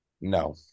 No